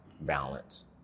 balance